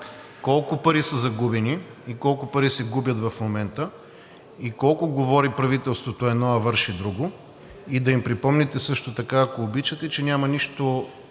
Колко пари са загубени и колко пари се губят в момента? Колко говори правителството за едно, а върши друго? И да им припомните също така, ако обичате, че няма нищо